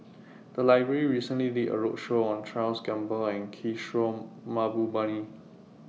The Library recently did A roadshow on Charles Gamba and Kishore Mahbubani